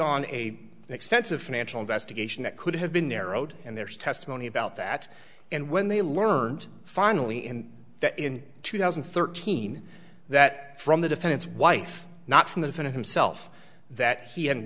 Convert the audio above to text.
on a extensive financial investigation that could have been narrowed and there's testimony about that and when they learned finally in that in two thousand and thirteen that from the defendant's wife not from the phone to himself that he in